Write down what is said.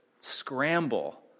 scramble